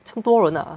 这样多人 ah